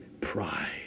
pride